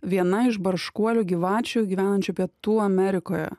viena iš barškuolių gyvačių gyvenančių pietų amerikoje